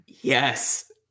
Yes